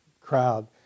crowd